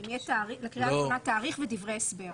יש לקריאה ראשונה תאריך ודברי הסבר.